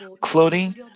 clothing